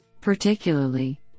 Particularly